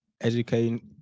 Educating